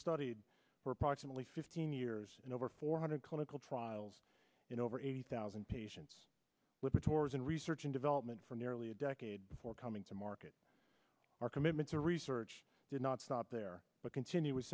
studied for approximately fifteen years and over four hundred clinical trials in over eighty thousand patients with tours and research and development for nearly a decade before coming to market our commitment to research did not stop there but continu